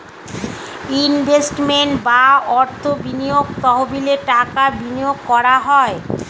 investment বা অর্থ বিনিয়োগ তহবিলে টাকা বিনিয়োগ করা হয়